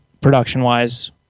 production-wise